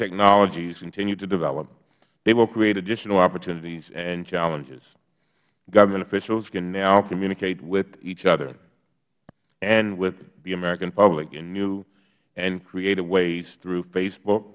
technologies continue to develop they will create additional opportunities and challenges government officials can now communicate with each other and with the american public in new and creative ways through facebook